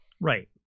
Right